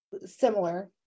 similar